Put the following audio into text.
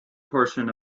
portion